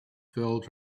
filled